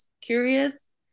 curious